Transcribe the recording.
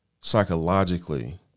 psychologically